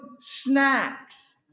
snacks